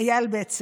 אייל בצר: